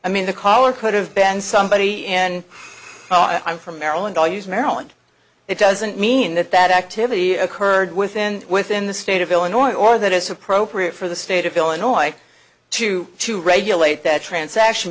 i mean the collar could have been somebody and i'm from maryland values maryland it doesn't mean that that activity occurred within within the state of illinois or that it's appropriate for the state of illinois to to regulate that transaction